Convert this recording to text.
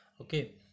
okay